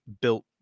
built